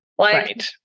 Right